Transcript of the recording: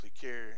care